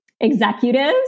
executives